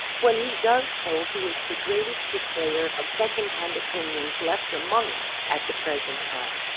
when he does so he is the greatest displayer of second-hand opin ions left among us at the present time,